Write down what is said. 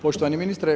poštovani ministre.